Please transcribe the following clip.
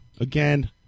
again